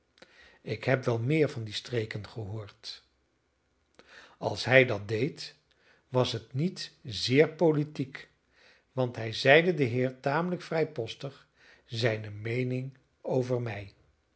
ik heb wel meer van die streken gehoord als hij dat deed was het niet zeer politiek want hij zeide den heere tamelijk vrijpostig zijne meening over mij